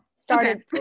Started